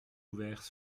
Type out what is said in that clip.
ouverts